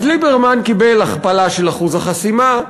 אז ליברמן קיבל הכפלה של אחוז החסימה,